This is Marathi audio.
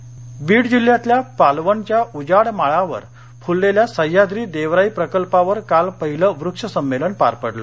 वक्ष संमेलन बीड बीड जिल्ह्यातल्या पालवनच्या उजाड माळावर फुललेल्या सह्याद्री देवराई प्रकल्पावर काल पहिलं वृक्ष संमेलन पार पडलं